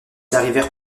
arrivèrent